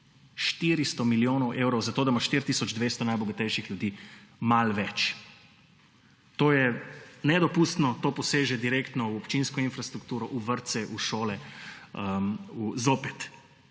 400 milijonov evrov, zato da ima 4 tisoč 200 najbogatejših ljudi malo več. To je nedopustno, to posega direktno v občinsko infrastrukturo, v vrtce, šole, zopet